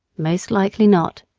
most likely not,